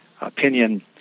opinion